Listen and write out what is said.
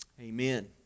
amen